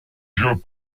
dieux